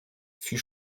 fut